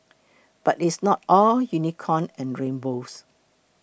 but it's not all unicorn and rainbows